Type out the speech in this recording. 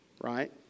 right